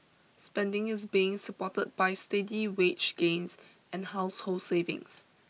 spending is being supported by steady wage gains and household savings